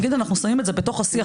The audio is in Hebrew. נגיד אנחנו שמים את זה בתוך השיח פה,